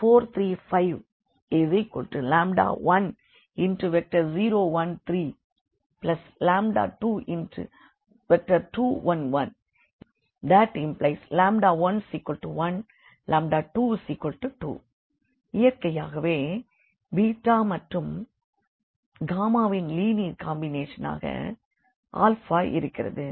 4 3 5 10 1 3 22 1 1 1122 இயற்கையாகவே மற்றும் ன் லீனியர் காம்பினேஷன் ஆக இருக்கிறது